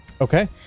Okay